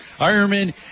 Ironman